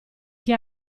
che